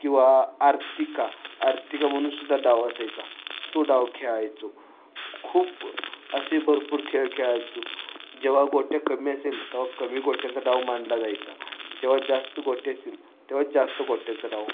किंवा आर्तिका आर्तिका म्हणून सुद्धा डाव असायचा तो डाव खेळायचो खूप असे भरपूर खेळ खेळायचो जेव्हा गोट्या कमी असेल तेव्हा कमी गोट्यांचा डाव मांडला जायचा जेव्हा जास्त गोट्या असील तेव्हा जास्त गोट्यांचा डाव